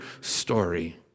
story